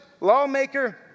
lawmaker